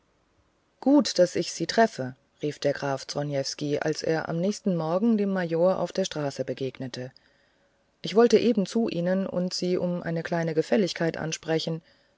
gut daß ich sie treffe rief der graf zronievsky als er am nächsten morgen dem major auf der straße begegnete ich wollte eben zu ihnen und sie um eine kleine gefälligkeit ansprechen